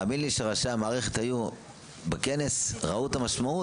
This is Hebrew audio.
תאמין לי שראשי המערכת היו בכנס, ראו את המשמעות